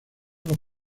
los